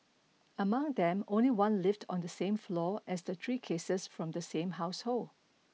among them only one lived on the same floor as the three cases from the same household